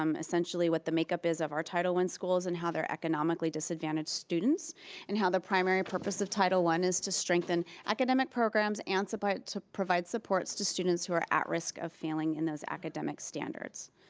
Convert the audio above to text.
um essentially, what the makeup is of our title one schools and how they're economically disadvantaged students and how the primary purpose of title one is to strengthen academic programs and so but provide support to students who are at risk of failing in those academic standards.